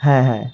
হ্যাঁ হ্যাঁ